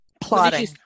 Plotting